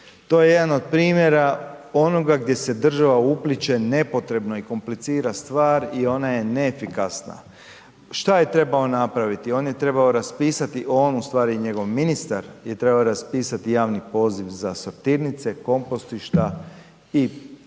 to je jedan od primjera onoga gdje se država upliće nepotrebno i komplicira stvar i ona je neefikasna, šta je trebao napraviti? On je trebao raspisati, on ustvari i njegov ministar je trebao raspisati javni poziv za sortirnice, kompostišta i posude